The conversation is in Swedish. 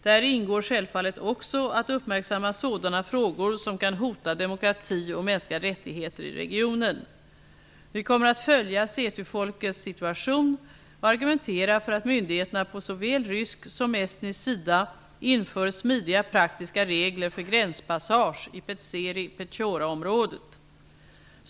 Däri ingår självfallet också att uppmärksamma sådana frågor som kan hota demokrati och mänskliga rättigheter i regionen. Vi kommer att följa setufolkets situation och argumentera för att myndigheterna på såväl rysk som estnisk sida inför smidiga praktiska regler för gränspassage i Petseri/Petjoraområdet.